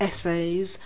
essays